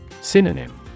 Synonym